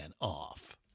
off